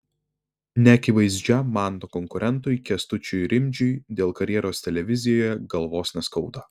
neakivaizdžiam manto konkurentui kęstučiui rimdžiui dėl karjeros televizijoje galvos neskauda